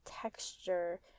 texture